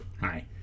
Hi